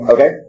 Okay